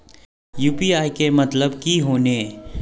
UPI के मतलब की होने?